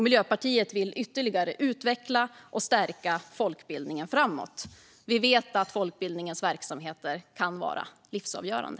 Miljöpartiet vill ytterligare utveckla och stärka folkbildningen framåt. Vi vet att folkbildningens verksamheter kan vara livsavgörande.